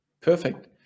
Perfect